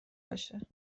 باشه